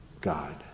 God